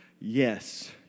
Yes